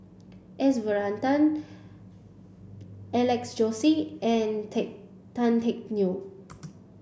S Varathan Alex Josey and Teck Tan Teck Neo